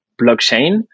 blockchain